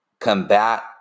combat